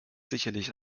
sicherlich